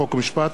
חוק ומשפט,